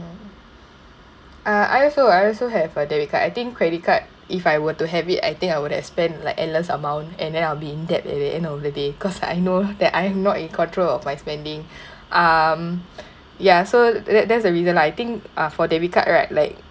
uh I also I also have a debit card I think credit card if I were to have it I think I would have spend like endless amount and then I'll be indebted at the end of the day cause I know that I am not in control of my spending um ya so that that's the reason I think ah for debit card right like